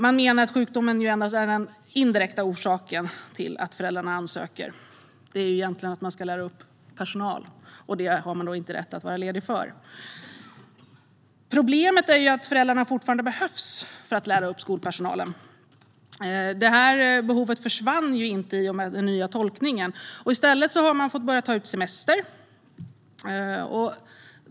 Man menar att sjukdomen endast är den indirekta orsaken till att föräldrarna ansöker. Egentligen är orsaken att man ska lära upp personal, och det har man inte rätt att vara ledig för. Problemet är att föräldrarna fortfarande behövs för att lära upp skolpersonalen; det behovet försvann inte i och med den nya tolkningen. I stället har man fått börja ta ut semester.